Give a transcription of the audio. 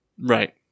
Right